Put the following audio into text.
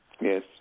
Yes